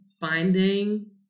finding